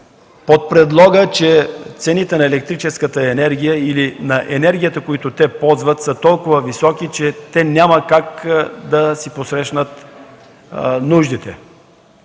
под предлог, че цените на електроенергията или на енергията, която ползват, са толкова високи, че няма как да си посрещнат нуждите,